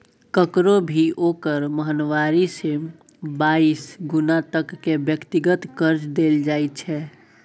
ककरो भी ओकर महिनावारी से बाइस गुना तक के व्यक्तिगत कर्जा देल जाइत छै